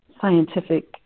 scientific